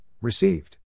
received